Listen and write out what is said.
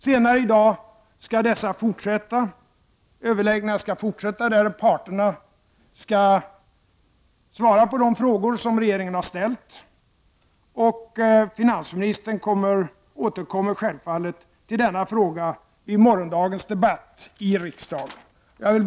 Senare i dag skall dessa överläggningar fortsätta, och parterna skall svara på de frågor som regeringen har ställt. Finansministern återkommer självfallet till denna fråga vid morgondagens debatt i riksdagen. Herr talman!